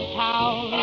town